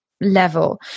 level